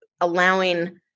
allowing